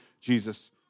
Jesus